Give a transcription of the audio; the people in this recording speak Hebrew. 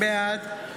בעד יעקב